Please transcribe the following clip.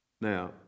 Now